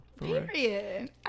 period